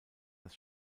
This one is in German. das